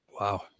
Wow